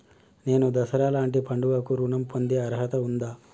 నేను దసరా లాంటి పండుగ కు ఋణం పొందే అర్హత ఉందా?